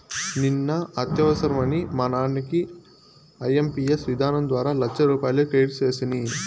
నిన్న అత్యవసరమని మా నాన్నకి ఐఎంపియస్ విధానం ద్వారా లచ్చరూపాయలు క్రెడిట్ సేస్తిని